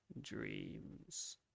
dreams